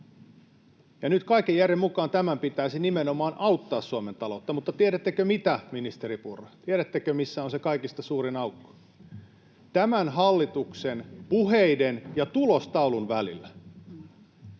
Ja nyt kaiken järjen mukaan tämän pitäisi nimenomaan auttaa Suomen taloutta, mutta tiedättekö mitä, ministeri Purra, tiedättekö, missä on se kaikista suurin aukko? Tämän hallituksen puheiden ja tulostaulun välillä.